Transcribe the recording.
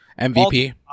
MVP